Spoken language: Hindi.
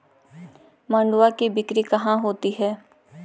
मंडुआ की बिक्री कहाँ होती है?